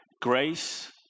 grace